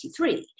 1983